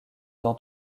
dans